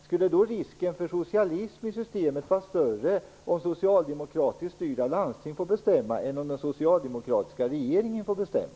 Skulle då risken för socialism i systemet vara större om socialdemokratiskt styrda landsting får bestämma än om den socialdemokratiska regeringen får bestämma?